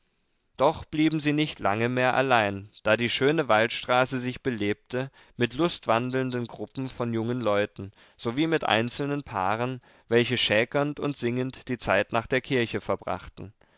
doch blieben sie nicht lange mehr allein da die schöne waldstraße sich belebte mit lustwandelnden gruppen von jungen leuten sowie mit einzelnen paaren welche schäkernd und singend die zeit nach der kirche verbrachten